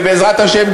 ובעזרת השם,